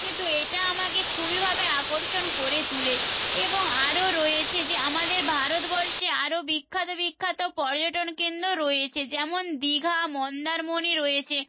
এ তো এটা আমাকে খুবইভাবে আকর্ষণ করে তোলে এবং আরও রয়েছে যে আমাদের ভারতবর্ষে আরও বিখ্যাত বিখ্যাত পর্যটন কেন্দ্র রয়েছে যেমন দীঘা মন্দারমণি রয়েছে